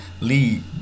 lead